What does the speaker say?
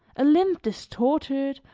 a limb distorted,